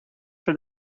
for